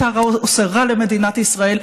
אתה עושה רע למדינת ישראל.